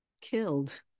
killed